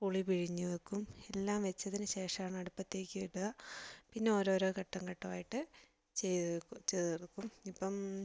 പുളി പിഴിഞ്ഞു വയ്ക്കും എല്ലാം വച്ചതിനു ശേഷമാണ് അടുപ്പത്തേക്ക് ഇടുക പിന്നെ ഓരോരോ ഘട്ടം ഘട്ടമായിട്ട് ചെയ്ത് തീർക്കും ഇപ്പം